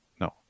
no